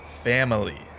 Family